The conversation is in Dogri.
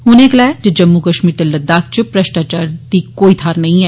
उनें गलाया जे जम्मू कश्मीर ते लद्दाख च भ्रष्टाचार दी कोई थाहर नेंई ऐ